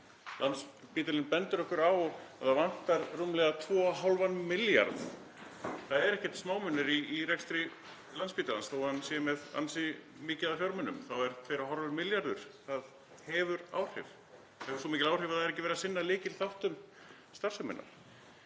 Landspítalinn bendir okkur á að það vantar rúmlega 2,5 milljarða. Það eru ekki smámunir í rekstri Landspítalans. Þó að hann sé með ansi mikið af fjármunum hafa 2,5 milljarðar áhrif. Það hefur svo mikil áhrif að það er ekki verið að sinna lykilþáttum starfseminnar.